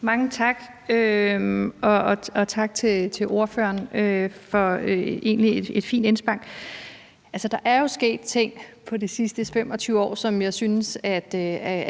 Mange tak, og tak til ordføreren for et egentlig fint indspark. Der er jo sket ting de sidste 25 år, som jeg synes